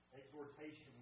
exhortation